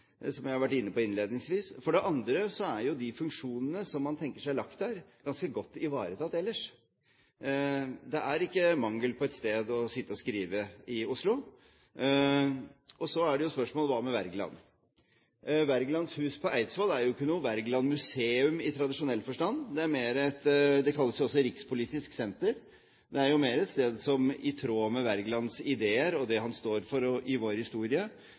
som jeg har vært inne på innledningsvis. Og for det andre er de funksjonene som man tenker seg lagt der, ganske godt ivaretatt ellers. Det er ikke mangel på et sted å sitte og skrive i Oslo. Og så er spørsmålet: Hva med Wergeland? Wergelands hus på Eidsvoll er jo ikke noe Wergeland-museum i tradisjonell forstand – det kalles også Rikspolitisk senter. Det er mer et sted i tråd med Wergelands ideer og det han står for i vår historie.